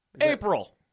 April